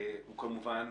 הוא כמובן